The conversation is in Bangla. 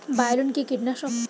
বায়োলিন কি কীটনাশক?